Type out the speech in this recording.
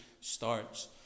starts